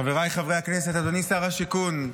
חבריי חברי הכנסת, אדוני שר השיכון,